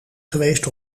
geweest